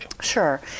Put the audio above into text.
Sure